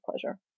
pleasure